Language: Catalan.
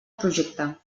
projecte